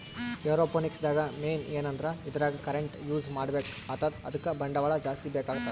aeroponics ದಾಗ್ main ಏನಂದ್ರ ಇದ್ರಾಗ್ ಕರೆಂಟ್ ಯೂಸ್ ಮಾಡ್ಬೇಕ್ ಆತದ್ ಅದಕ್ಕ್ ಬಂಡವಾಳ್ ಜಾಸ್ತಿ ಬೇಕಾತದ್